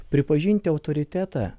pripažinti autoritetą